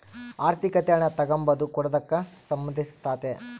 ಆರ್ಥಿಕತೆ ಹಣ ತಗಂಬದು ಕೊಡದಕ್ಕ ಸಂದಂಧಿಸಿರ್ತಾತೆ